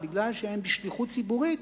מכיוון שהם בשליחות ציבורית,